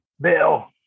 Bill